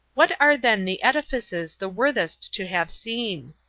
what are then the edifices the worthest to have seen?